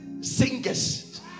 singers